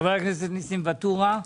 חבר הכנסת ניסים ואטורי,